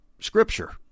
scripture